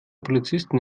polizisten